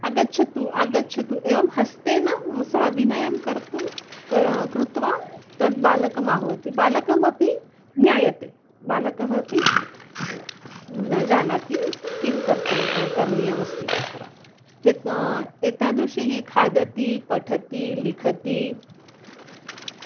आगच्छतु आगच्छतु एवं हस्तेन सः अभिनयं कर्तुं कृत्वा तद् बालकम् आह्वयति बालकमपि ज्ञायते बालकः अपि न जानाति किं कर्तुं करणीयमस्ति तत्र एतत् एतादृशैः खादति पठति लिखति